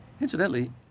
Incidentally